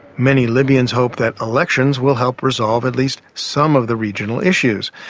many libyans hope that elections will help resolve at least some of the regional issues.